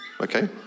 okay